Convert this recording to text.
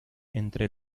entre